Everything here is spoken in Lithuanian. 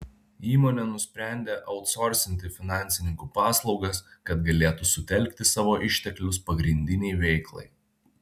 įmonė nusprendė autsorsinti finansininkų paslaugas kad galėtų sutelkti savo išteklius pagrindinei veiklai